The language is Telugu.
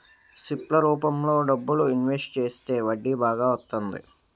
సిప్ ల రూపంలో డబ్బులు ఇన్వెస్ట్ చేస్తే వడ్డీ బాగా వత్తంది